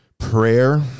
Prayer